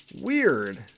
Weird